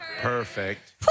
Perfect